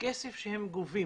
הכסף שהם גובים